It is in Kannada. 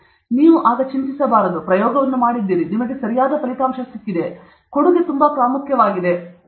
ಇದು ಮೂಲದವರೆಗೂ ನೀವು ಪ್ರಯೋಗವನ್ನು ಮಾಡಿದ್ದೀರಿ ನಿಮಗೆ ಸರಿಯಾದ ಫಲಿತಾಂಶ ಸಿಕ್ಕಿದೆ ಆಗ ಕೊಡುಗೆ ತುಂಬಾ ಪ್ರಾಮುಖ್ಯವಾಗಿದೆ ವಿಭಿನ್ನ ಜನರು ತಿನ್ನುವೆ